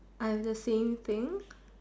I have the same thing